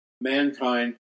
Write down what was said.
mankind